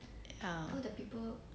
ya